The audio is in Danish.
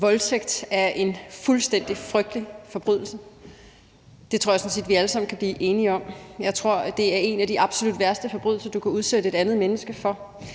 Voldtægt er en fuldstændig frygtelig forbrydelse. Det tror jeg sådan set vi alle sammen kan blive enige om. Jeg tror, at det er en af de absolut værste forbrydelser, du kan udsætte et andet menneske for.